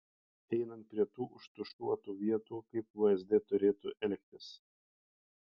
einant prie tų užtušuotų vietų kaip vsd turėtų elgtis